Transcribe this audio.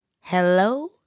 hello